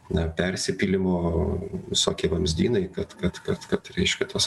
na persipylimo visokie vamzdynai kad kad kad kad reiškia tos